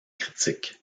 critiques